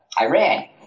Iran